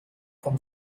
vom